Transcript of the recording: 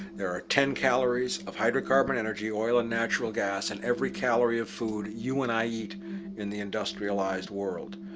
there are ten calories of hydrocarbon energy oil and natural gas in every calorie of food you and i eat in the industrialized world.